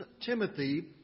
Timothy